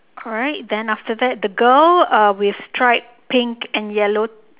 alright then after that the girl uh with striped pink and yellow